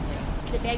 ya